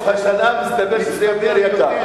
ובסוף השנה מסתבר שזה יותר יקר.